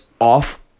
off